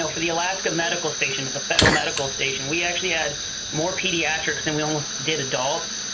for the alaska medical station, and the federal medical station, we actually had more pediatrics than we almost did adults.